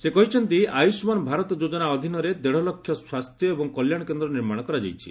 ସେ କହିଛନ୍ତି ଆୟୁଷମାନ ଭାରତ ଯୋଜନା ଅଧୀନରେ ଦେଢ଼ ଲକ୍ଷ ସ୍ୱାସ୍ଥ୍ୟ ଏବଂ କଲ୍ୟାଣ କେନ୍ଦ୍ର ନିର୍ମାଣ କରାଯାଇଛି